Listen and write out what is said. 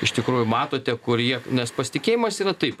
iš tikrųjų matote kur jie nes pasitikėjimas yra taip